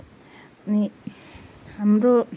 अनि हाम्रो